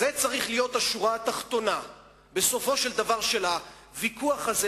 זאת צריכה להיות השורה התחתונה בסופו של הוויכוח הזה,